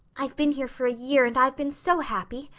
i've been here for a year and i've been so happy.